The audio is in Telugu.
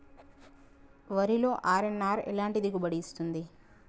వరిలో అర్.ఎన్.ఆర్ ఎలాంటి దిగుబడి ఇస్తుంది?